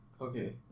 Okay